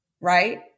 Right